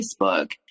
Facebook